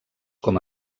com